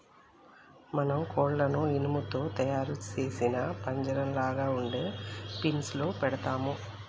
మనం కోళ్లను ఇనుము తో తయారు సేసిన పంజరంలాగ ఉండే ఫీన్స్ లో పెడతాము